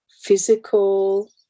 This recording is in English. physical